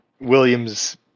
William's